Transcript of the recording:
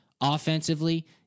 Offensively